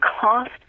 cost